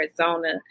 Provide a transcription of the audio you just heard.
Arizona